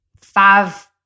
five